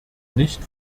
nicht